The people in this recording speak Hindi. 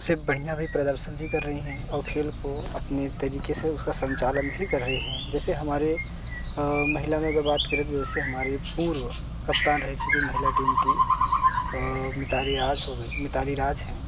से बढ़िया भी प्रदर्शन भी कर रही हैं और खेल को अपने तरीके से उसका संचालन भी कर रही हैं जैसे हमारे महिला में अगर बात करें तो जैसे हमारे पूर्व कप्तान रह चुकी महिला टीम की मितारी राज हो गई मिताली राज हैं